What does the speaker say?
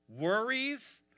Worries